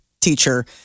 teacher